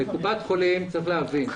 צריך להבין.